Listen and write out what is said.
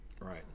right